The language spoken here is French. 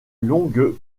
longue